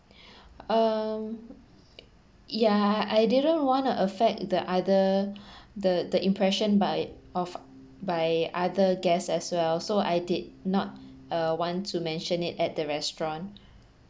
um yeah I didn't want to affect the other the the impression by of by other guests as well so I did not uh want to mention it at the restaurant